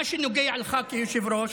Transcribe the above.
מה שנוגע לך כיושב-ראש,